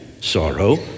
sorrow